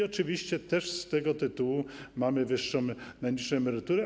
Oczywiście też z tego tytułu mamy wyższe najniższe emerytury.